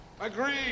Agreed